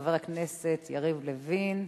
חבר הכנסת יריב לוין,